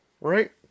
Right